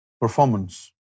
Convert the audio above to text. performance